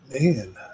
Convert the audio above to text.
Man